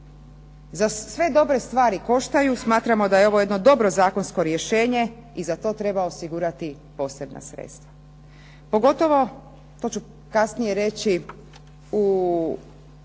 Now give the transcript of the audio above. Za sve dobre stvari koštaju, smatramo da je ovo jedno dobro Zakonsko rješenje i za to treba osigurati posebna sredstva. Pogotovo to ću kasnije reći, u